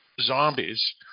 zombies